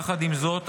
יחד עם זאת,